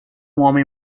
homem